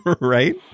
Right